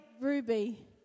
Ruby